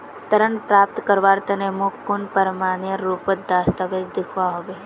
ऋण प्राप्त करवार तने मोक कुन प्रमाणएर रुपोत दस्तावेज दिखवा होबे?